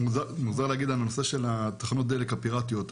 מוזר להגיד על הנושא של התחנות דלק הפיראטיות,